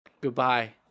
Goodbye